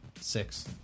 Six